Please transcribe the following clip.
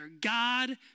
God